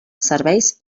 serveis